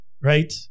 Right